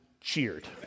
cheered